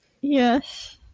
Yes